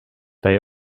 they